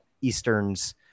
Easterns